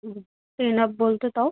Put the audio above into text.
হুম ten up বলতে তাও